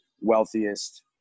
wealthiest